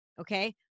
okay